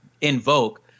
invoke